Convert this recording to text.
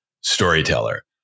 storyteller